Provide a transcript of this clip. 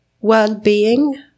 Wellbeing